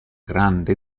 grande